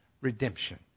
redemption